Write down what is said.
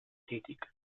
tätig